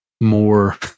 more